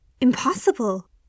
Impossible